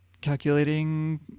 calculating